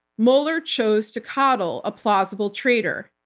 mueller chose to coddle a plausible traitor.